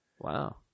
Wow